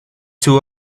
two